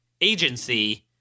agency